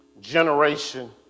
generation